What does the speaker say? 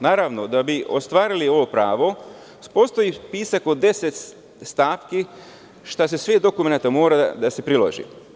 Naravno, da bi ostvarili ovo pravo postoji spisak od deset stavki šta se sve od dokumenta mora priložiti.